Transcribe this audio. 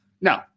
No